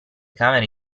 camere